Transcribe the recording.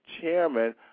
chairman